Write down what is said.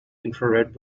infrared